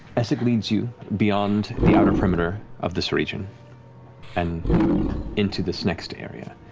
essek leads you beyond the outer perimeter of this region and into this next area,